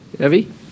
Evie